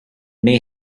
may